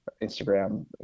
Instagram